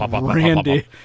Randy